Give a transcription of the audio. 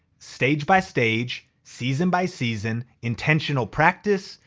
stage by stage, season by season, intentional practice,